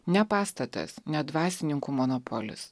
ne pastatas ne dvasininkų monopolis